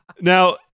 Now